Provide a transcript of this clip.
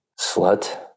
Slut